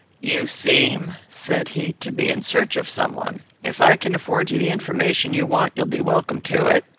you seem, said he, to be in search of some one. if i can afford you the information you want, you will be welcome to it.